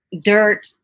dirt